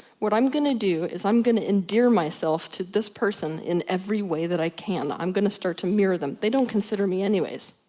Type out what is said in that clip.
what i'm gonna do is i'm gonna endear myself to this person in every way that i can. i'm gonna start to mirror them, they don't consider me anyways,